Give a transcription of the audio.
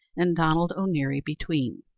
and donald o'neary between.